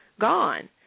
gone